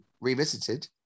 revisited